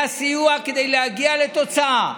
היה סיוע כדי להגיע לתוצאה,